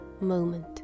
moment